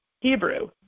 Hebrew